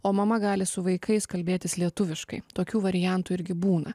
o mama gali su vaikais kalbėtis lietuviškai tokių variantų irgi būna